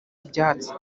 ibyatsi